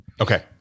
Okay